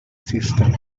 system